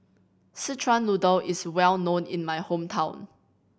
Szechuan Noodle is well known in my hometown